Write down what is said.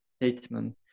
statement